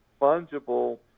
fungible